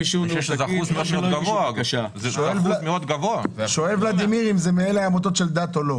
אישור- -- יש משמעות לניהול תקין?